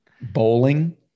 Bowling